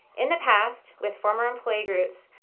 in the past with former employee groups,